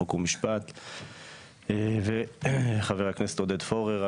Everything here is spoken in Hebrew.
חוק ומשפט וחבר הכנסת עודד פורר,